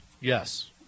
Yes